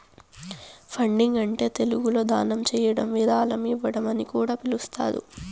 funding అంటే తెలుగులో దానం చేయడం విరాళం ఇవ్వడం అని కూడా పిలుస్తారు